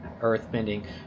earthbending